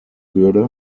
würde